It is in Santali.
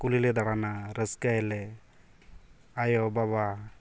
ᱠᱩᱦᱞᱤᱞᱮ ᱫᱟᱬᱟᱱᱟ ᱨᱟᱹᱥᱠᱟᱹᱭᱟᱞᱮ ᱟᱭᱳᱼᱵᱟᱵᱟ